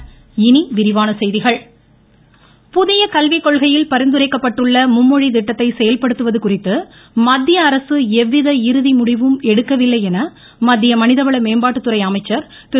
ரமேஷ்டபொஹ்ரியால்டநிஷாங்க் புதிய கல்விக் கொள்கையில் பரிந்துரைக்கப்பட்டுள்ள மும்மொழி திட்டத்தை செயல்படுத்துவது குறித்து மத்தியஅரசு எவ்வித இறுதி முடிவும் எடுக்கவில்லை என மத்திய மனித வள மேம்பாட்டுத்துறை அமைச்சர் திரு